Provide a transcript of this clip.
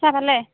চাহ খালে